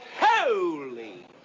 Holy